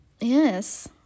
yes